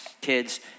kids